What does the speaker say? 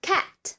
Cat